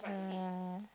uh